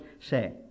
say